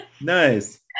nice